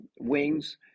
wings